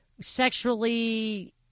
sexually